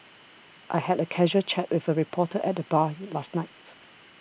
I had a casual chat with a reporter at the bar last night